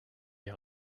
est